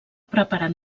preparen